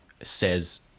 says